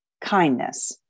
Kindness